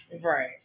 Right